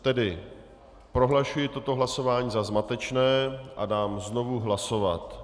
Tedy prohlašuji toto hlasování za zmatečné a dám znovu hlasovat.